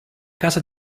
casa